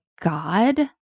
God